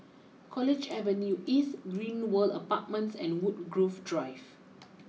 College Avenue East Great World Apartments and Woodgrove Drive